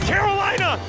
Carolina